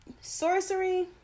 Sorcery